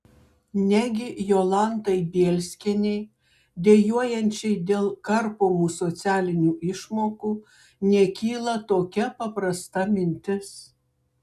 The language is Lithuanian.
negi jolantai bielskienei dejuojančiai dėl karpomų socialinių išmokų nekyla tokia paprasta mintis